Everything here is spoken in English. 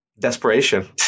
desperation